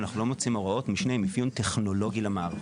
אנחנו לא מוציאים הוראות משנה עם אפיון טכנולוגי למערכות.